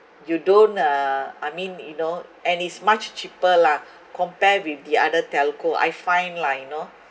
you don't uh I mean you know and it's much cheaper lah compare with the other telco I find lah you know